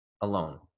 alone